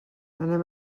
anem